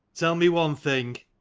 tell me one thing.